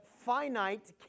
finite